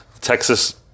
Texas